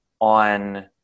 on